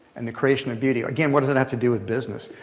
and the creation of beauty. again, what does that have to do with business?